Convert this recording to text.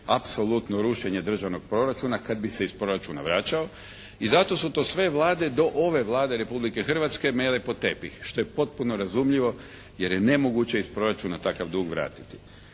apsolutno rušenje državnog proračuna kada bi se iz proračuna vraćao i zato su to sve Vlade do ove Vlade Republike Hrvatske mele pod tepih što je potpuno razumljivo jer je nemoguće iz proračuna takav dug vratiti.